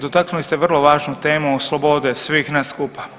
Dotaknuli ste vrlo važnu temu slobode svih nas skupa.